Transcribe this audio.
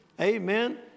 amen